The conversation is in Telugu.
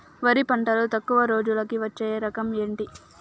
వరి పంటలో తక్కువ రోజులకి వచ్చే రకం ఏది?